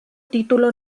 título